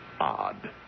odd